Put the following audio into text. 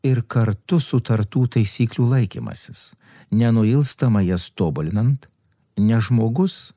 ir kartu sutartų taisyklių laikymasis nenuilstamai jas tobulinant ne žmogus